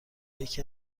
یکی